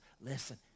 Listen